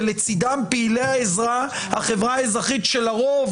ולצידם פעילי העזרה החברה האזרחית שלרוב